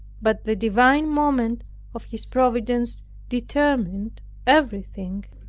but the divine moment of his providence determined everything.